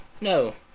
No